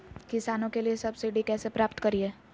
किसानों के लिए सब्सिडी कैसे प्राप्त करिये?